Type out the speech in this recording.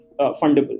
fundable